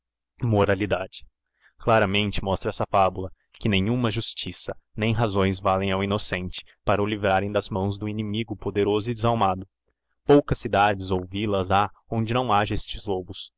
e o comeo claramente mostra esta fabula que nenhuma justiça nem razões valem ao innocente para o livrarem das mãos do inimigo poderoso e desalmado poucas cidades ou villas ha onde não hnja estes lobos